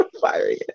Firing